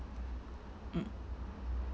mm